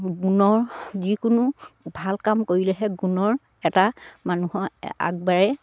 গুণৰ যিকোনো ভাল কাম কৰিলেহে গুণৰ এটা মানুহৰ আগবাঢ়ে